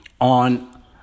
on